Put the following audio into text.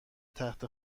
تخت